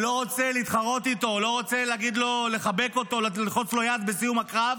שלא רוצה להתחרות איתו או לא רוצה לחבק אותו או ללחוץ לו יד בסיום הקרב,